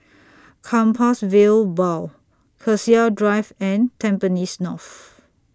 Compassvale Bow Cassia Drive and Tampines North